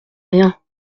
rien